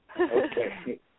Okay